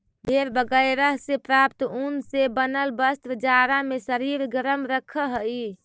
भेड़ बगैरह से प्राप्त ऊन से बनल वस्त्र जाड़ा में शरीर गरम रखऽ हई